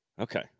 Okay